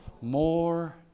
More